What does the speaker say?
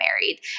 married